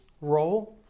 role